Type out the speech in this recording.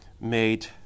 made